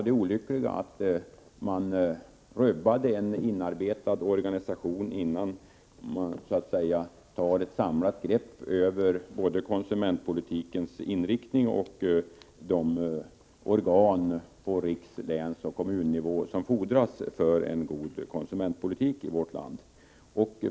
Det olyckliga var att man därmed rubbade en inarbetad organisation innan man så att säga tog ett samlat grepp över både konsumentpolitikens inriktning och de organ på riks-, länsoch kommunnivå som fordras för en god konsumentpolitik i vårt land.